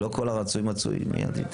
לא כל הרצוי מצוי מיידית.